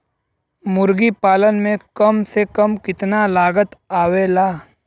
मुर्गी पालन में कम से कम कितना लागत आवेला?